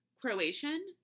Croatian